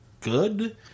good